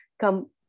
come